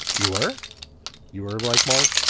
you were you were like mark.